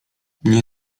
nie